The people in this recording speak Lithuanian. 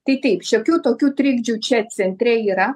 tai taip šiokių tokių trikdžių čia centre yra